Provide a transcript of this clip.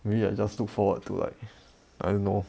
maybe I just look forward to like I don't know